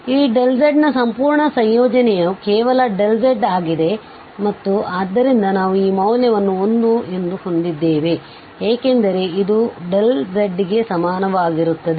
ಆದ್ದರಿಂದ ಈz ನ ಸಂಪೂರ್ಣ ಸಂಯೋಜನೆಯು ಕೇವಲz ಆಗಿದೆ ಮತ್ತು ಆದ್ದರಿಂದ ನಾವು ಈ ಮೌಲ್ಯವನ್ನು 1 ಎಂದು ಹೊಂದಿದ್ದೇವೆ ಏಕೆಂದರೆ ಇದುzಗೆ ಸಮನಾಗಿರುತ್ತದೆ